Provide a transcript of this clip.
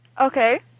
Okay